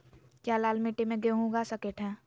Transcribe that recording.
क्या लाल मिट्टी में गेंहु उगा स्केट है?